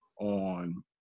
on